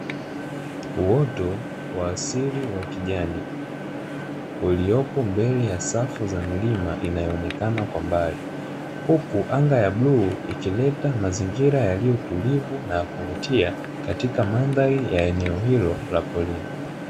Uoto wa asili kijani uliopo mbele ya safu ya milima inaonekana kwambali, huku anga la bluu likileta mazingira yaliyo tulivu na yakuvutia katika mandhari ya eneo hilo la porini.